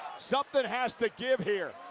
something has to give here.